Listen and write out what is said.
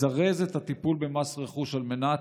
לזרז את הטיפול במס רכוש על מנת